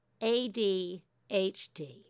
ADHD